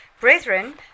Brethren